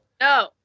No